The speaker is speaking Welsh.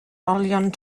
olion